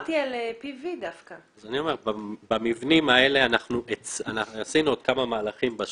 דיברתי דווקא על PV. במבנים האלה עשינו עוד כמה מהלכים בשוק.